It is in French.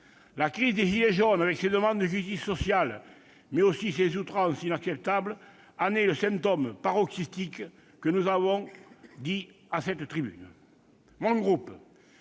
La crise des « gilets jaunes », avec ses demandes de justice sociale, mais aussi ses outrances inacceptables, en est le symptôme paroxystique. Nous l'avons suffisamment rappelé à cette tribune. Mon groupe,